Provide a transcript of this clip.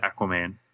Aquaman